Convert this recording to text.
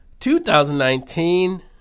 2019